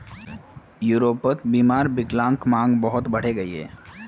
यूरोपोत विक्लान्ग्बीमार मांग बहुत बढ़े गहिये